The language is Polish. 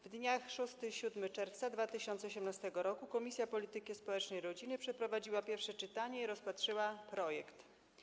W dniach 6 i 7 czerwca 2018 r. Komisja Polityki Społecznej i Rodziny przeprowadziła pierwsze czytanie i rozpatrzyła projekt.